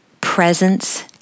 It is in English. presence